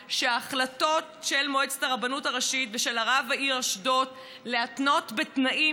שההחלטות של מועצת הרבנות הראשית ושל רב העיר אשדוד להתנות בתנאים